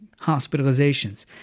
hospitalizations